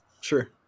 Sure